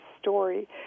story